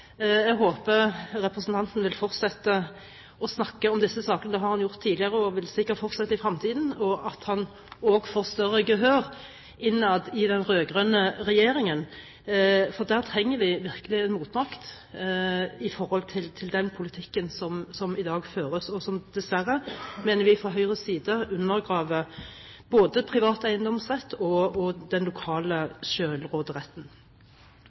Jeg håper representanten vil fortsette å snakke om disse sakene – det har han gjort tidligere og vil sikkert fortsette i fremtiden – og at han også får større gehør innad i den rød-grønne regjeringen, for der trenger vi virkelig en motmakt mot den politikken som i dag føres, og som dessverre, mener vi fra Høyres side, undergraver både privat eiendomsrett og den lokale